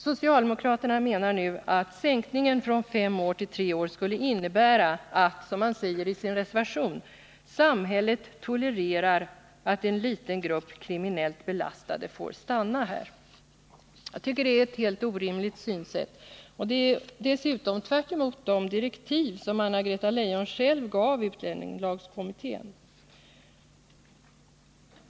Socialdemokraterna menar att sänkningen från fem år till tre år skulle innebära att ” amhället tolererar att en liten grupp kriminellt belastade får . Jag tycker att det är ett helt orimligt synsätt och dessutom tvärt emot de direktiv Anna-Greta Leijon sj Iv gav utlänningslagkommittén.